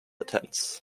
attempts